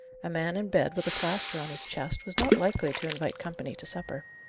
a man in bed, with a plaster on his chest, was not likely to invite company to supper.